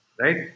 Right